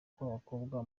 abakobwa